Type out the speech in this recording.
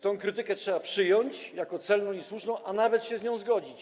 Tę krytykę trzeba przyjąć jako celną i słuszną, a nawet się z nią zgodzić.